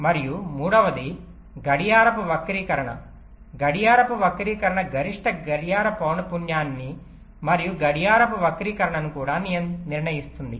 మరియు మూడవది గడియారపు వక్రీకరణ గడియారపు వక్రీకరణ గరిష్ట గడియార పౌన పున్యాన్ని మరియు గడియారపు వక్రీకరణను కూడా నిర్ణయిస్తుంది